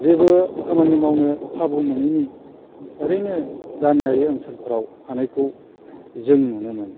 जेबो खामानि मावनो खाबु मोनैनि ओरैनो गामियारि ओनसोलफोराव थानायखौ जों नुनो मोनो